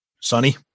Sonny